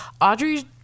Audrey